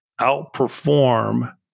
outperform